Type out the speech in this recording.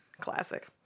classic